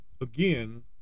Again